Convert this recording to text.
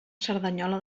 cerdanyola